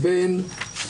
אני יכול לחוקק חוק.